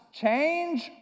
Change